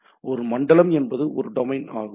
ஒரு மண்டலம் என்பது ஒரு டொமைன் ஆகும்